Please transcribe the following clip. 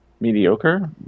mediocre